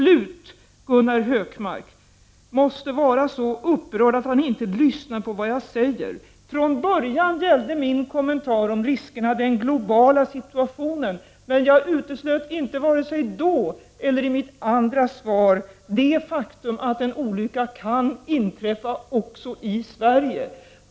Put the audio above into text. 11 december 1989 Gunnar Hökmark måste vara så upprörd att han inte lyssnar på vad jag i oner säger. Från början gällde min kommentar riskerna för den globala situationen. Men jag uteslöt inte vare sig då eller i mitt andra svar det faktum att en olycka kan inträffa också i Sverige.